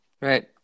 Right